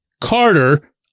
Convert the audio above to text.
Carter